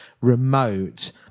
remote